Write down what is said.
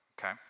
okay